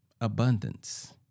Abundance